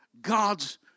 God's